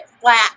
flat